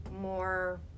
more